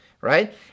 right